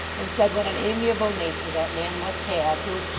and said what an amiable nature that man must have, who,